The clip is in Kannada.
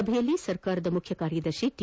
ಸಭೆಯಲ್ಲಿ ಸರ್ಕಾರದ ಮುಖ್ಯ ಕಾರ್ಯದರ್ಶಿ ಟಿ